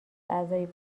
اعضای